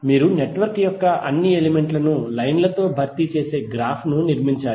మీరు నెట్వర్క్ యొక్క అన్ని ఎలిమెంట్లను లైన్ ల తో భర్తీ చేసే గ్రాఫ్ ను నిర్మించాలి